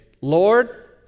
Lord